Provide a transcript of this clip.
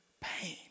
pain